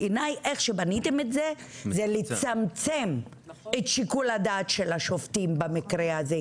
בעיניי איך שבניתם את זה זה לצמצם את שיקול הדעת של השופטים במקרה הזה.